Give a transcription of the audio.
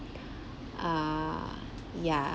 err ya